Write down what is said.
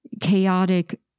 chaotic